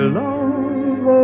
love